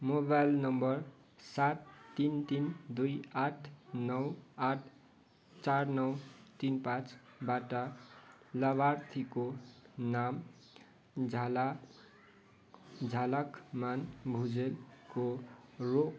mobile number सात तिन तिन दुई आठ नौ आठ चार नौ तिन पाँचबाट लाभार्थीको नाम झाला झालाकमान भुजेल हो रो